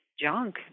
junk